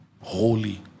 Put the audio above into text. holy